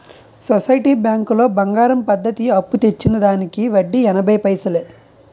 society బ్యాంకులో బంగారం పద్ధతి అప్పు తెచ్చిన దానికి వడ్డీ ఎనభై పైసలే